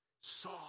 saw